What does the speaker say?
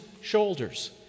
shoulders